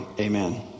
Amen